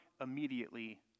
immediately